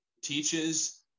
teaches